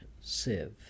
sieve